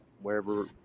wherever